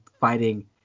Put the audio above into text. fighting